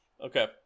Okay